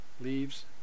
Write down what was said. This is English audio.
leaves